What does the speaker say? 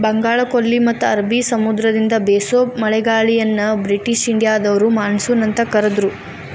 ಬಂಗಾಳಕೊಲ್ಲಿ ಮತ್ತ ಅರಬಿ ಸಮುದ್ರದಿಂದ ಬೇಸೋ ಮಳೆಗಾಳಿಯನ್ನ ಬ್ರಿಟಿಷ್ ಇಂಡಿಯಾದವರು ಮಾನ್ಸೂನ್ ಅಂತ ಕರದ್ರು